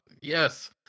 yes